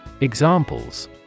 Examples